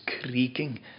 creaking